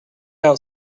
out